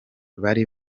bari